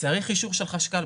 צריך אישור של חשכ"ל,